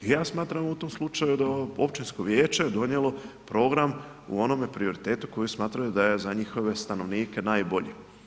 I ja smatram u tom slučaju da Općinsko vijeće je donijelo program u onom prioritetu koji smatraju da je za njihove stanovnike najbolji.